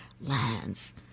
lands